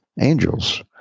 angels